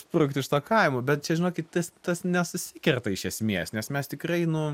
sprukt iš kaimo bet čia žinokit tas tas nesusikerta iš esmės nes mes tikrai nu